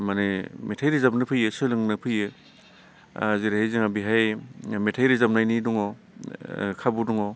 माने मेथाइ रोजाबनो फैयो सोलोंनो फैयो जेरै जोंहा बेहाय मेथाइ रोजाबनायनि दङ खाबु दङ